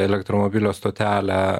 elektromobilio stotelę